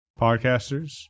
podcasters